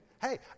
hey